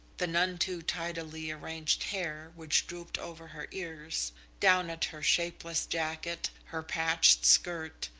the none too tidily arranged hair which drooped over her ears down at her shapeless jacket, her patched skirt,